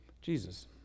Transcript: Jesus